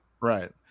right